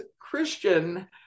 christian